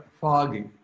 foggy